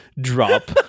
drop